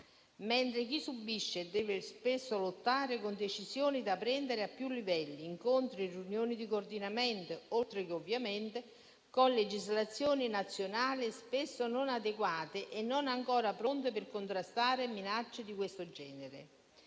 mentre chi subisce deve spesso lottare e prendere decisioni a più livelli, con incontri e riunioni di coordinamento, oltre che ovviamente con legislazioni nazionali spesso non adeguate e non ancora pronte a contrastare minacce di questo genere.